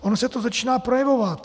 Ono se to začíná projevovat.